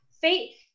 faith